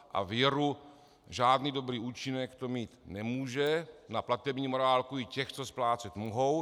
A věru žádný dobrý účinek to mít nemůže na platební morálku i těch, co splácet mohou.